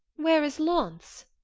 where is launce?